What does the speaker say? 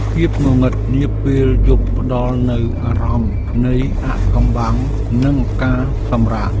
ភាពងងឹតនាពេលយប់ផ្តល់នូវអារម្មណ៍នៃអាថ៌កំបាំង និងការសម្រាក។